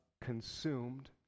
consumed